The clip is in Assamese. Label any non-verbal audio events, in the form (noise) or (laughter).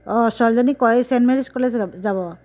অঁ ছোৱালীজনীক (unintelligible) ছেণ্ট মেৰিজ কলেজত যাব